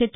set